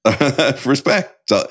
respect